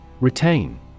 Retain